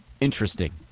interesting